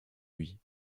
nuit